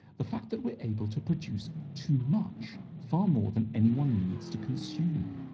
the fact that we're able to produce too much far more than anyone needs to consume.